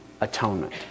atonement